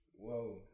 Whoa